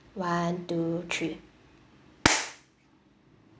one two three